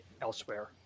elsewhere